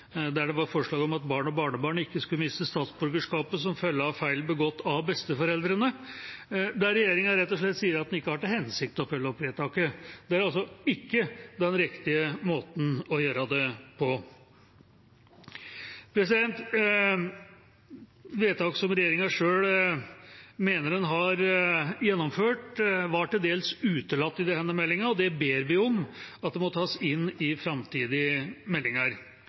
der det ble foreslått at barn og barnebarn ikke skal miste statsborgerskapet som følge av feil begått av foreldrene eller besteforeldrene, der regjeringa rett og slett sier at en ikke har til hensikt å følge opp vedtaket. Det er ikke den riktige måten å gjøre det på. Vedtak som regjeringa selv mener den har gjennomført, var til dels utelatt i denne meldinga, og vi ber om at det må tas inn i framtidige meldinger.